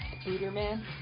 Spider-Man